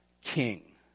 king